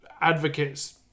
advocates